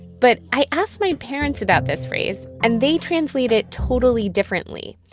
but i asked my parents about this phrase, and they translate it totally differently.